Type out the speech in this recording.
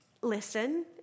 listen